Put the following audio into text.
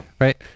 Right